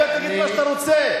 תדבר ותגיד מה שאתה רוצה.